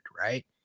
right